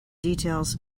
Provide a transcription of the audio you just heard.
details